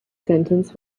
sentence